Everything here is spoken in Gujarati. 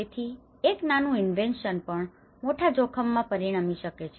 તેથી એક નાનું ઇન્વેન્શન પણ મોટા જોખમ માં પરિણમી શકે છે